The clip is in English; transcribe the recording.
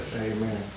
amen